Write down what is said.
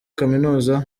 kaminuza